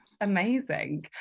Amazing